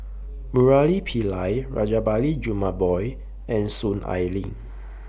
Murali Pillai Rajabali Jumabhoy and Soon Ai Ling